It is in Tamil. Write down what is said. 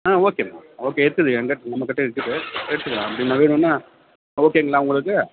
ஆ ஓகேம்மா ஓகே இருக்குது எங்கிட்ட நம்மக்கிட்ட இருக்குது எடுத்துக்கலாம் அப்படின்னா வேணுனா ஓகேங்களா உங்களுக்கு